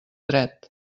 dret